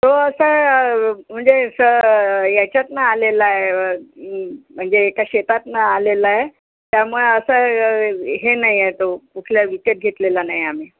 तो असं म्हणजे स याच्यातनं आलेला आहे म्हणजे एका शेतातनं आलेला आहे त्यामुळे असं हे नाही आहे तो कुठला विकत घेतलेला नाही आम्ही